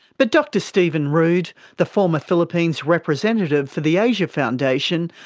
but dr steven rood, the former philippines representative for the asia foundation,